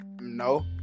No